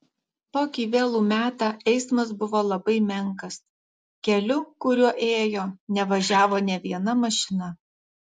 tokį vėlų metą eismas buvo labai menkas keliu kuriuo ėjo nevažiavo nė viena mašina